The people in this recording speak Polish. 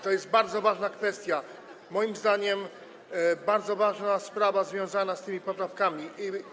To jest bardzo ważna kwestia, moim zdaniem, bardzo ważna sprawa związana z tymi poprawkami.